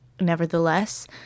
nevertheless